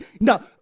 Now